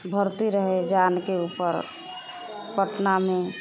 भर्ती रहै जानके ऊपर पटनामे